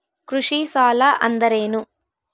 ಕೃಷಿ ಸಾಲ ಅಂದರೇನು?